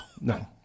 No